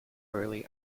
early